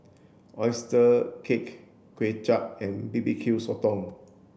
oyster cake Kuay Chap and B B Q Sotong